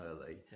early